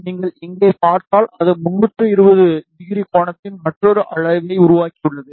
நீங்கள் இங்கே பார்த்தால் அது 320 ° கோணத்தின் மற்றொரு வளைவை உருவாக்கியுள்ளது